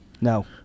No